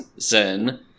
Zen